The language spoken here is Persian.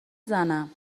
زنم